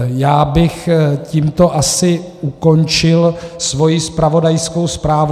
Já bych tímto asi ukončil svoji zpravodajskou zprávu.